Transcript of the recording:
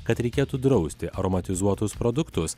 kad reikėtų drausti aromatizuotus produktus